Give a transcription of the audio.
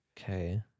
Okay